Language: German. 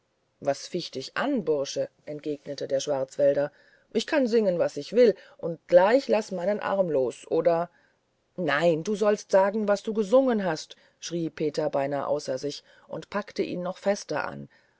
was ficht's dich an bursche entgegnete der schwarzwälder ich kann singen was ich will und laß gleich meinen arm los oder nein sagen sollst du was du gesungen hast schrie peter beinahe außer sich und packte ihn noch fester an